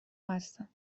هستم